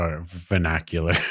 vernacular